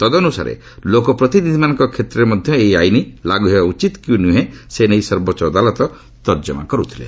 ତଦନୁସାରେ ଲୋକପ୍ରତିନିଧିମାନଙ୍କ କ୍ଷେତ୍ରରେ ମଧ୍ୟ ଏହି ଆଇନ ଲାଗୁ ହେବା ଉଚିତ କି ନୁହେଁ ସେ ନେଇ ସର୍ବୋଚ୍ଚ ଅଦାଲତ ତର୍ଜମା କରୁଥ୍ଲେ